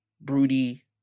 broody